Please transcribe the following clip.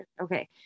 Okay